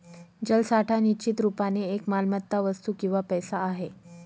जलसाठा निश्चित रुपाने एक मालमत्ता, वस्तू किंवा पैसा आहे